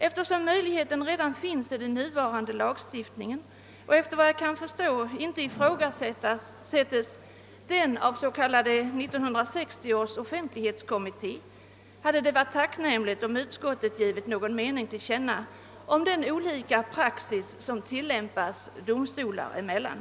Eftersom redan nuvarande lagstiftning medger den här omnämnda möjligheten, som efter vad jag kan förstå inte ifrågasattes av den s.k. 1960 års offentlighetskommitté, hade det varit tacknämligt om utskottet givit någon mening till känna om den olika praxis som tilllämpas domstolar emellan.